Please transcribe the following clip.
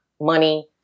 money